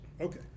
Okay